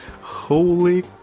holy